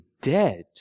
dead